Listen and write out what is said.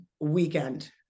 weekend